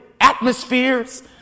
atmospheres